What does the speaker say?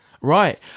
right